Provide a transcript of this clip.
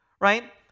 right